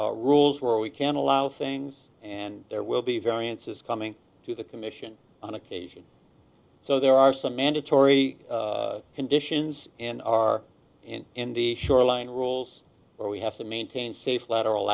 e rules where we can allow things and there will be variances coming to the commission on occasion so there are some mandatory conditions and are in n d shoreline rules where we have to maintain safe lateral